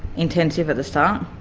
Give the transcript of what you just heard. intensive at the start,